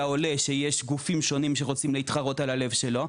זה טוב לעולה שיש גופים שונים שרוצים להתחרות על הלב שלו.